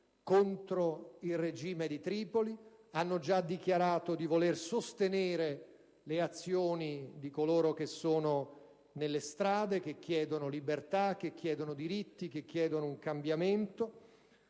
contro il regime di Tripoli, hanno già dichiarato di voler sostenere le azioni di coloro che sono nelle strade, che chiedono libertà, che chiedono diritti, che chiedono un cambiamento.